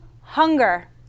Hunger